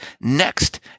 next